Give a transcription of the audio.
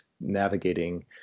navigating